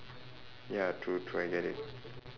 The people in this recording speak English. ya true true I get it